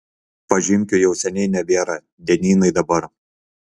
pažymkių jau seniai nebėra dienynai dabar